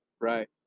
Right